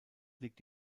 liegt